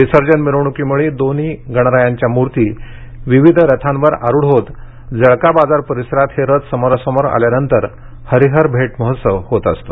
विसर्जन मिरवणूकीवेळी दोन्ही गणरायांच्या मुर्ती या वेगळ्या रथांवर आरुढ होत जळका बाजार परिसरात हे रथ समोरा समोर आल्यानंतर ही हरिहर भेट महोत्सव होत असतो